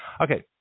Okay